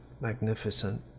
magnificent